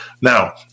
Now